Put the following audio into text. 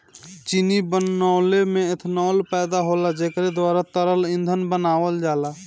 चीनी बनवले में एथनाल पैदा होला जेकरे द्वारा तरल ईंधन बनावल जाला